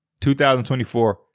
2024